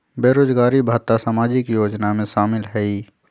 बेरोजगारी भत्ता सामाजिक योजना में शामिल ह ई?